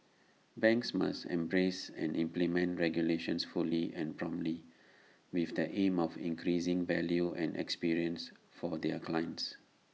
banks must embrace and implement regulations fully and promptly with the aim of increasing value and experience for their clients